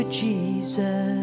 jesus